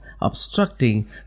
obstructing